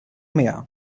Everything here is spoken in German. mehr